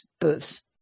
booths